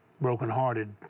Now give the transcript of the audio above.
brokenhearted